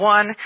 One